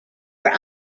were